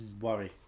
worry